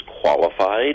qualified